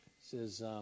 says